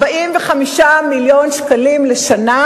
45 מיליון שקלים לשנה